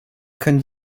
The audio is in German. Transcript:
können